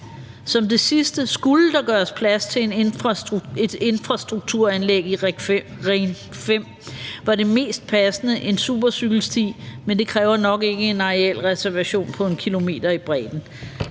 vil jeg sige, at skulle der gøres plads til et infrastrukturanlæg i Ring 5, ville det mest passende være en supercykelsti, men det kræver nok ikke en arealreservation på 1 km i bredden.